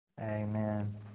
Amen